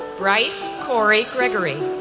bryce corey gregory,